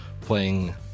playing